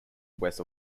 west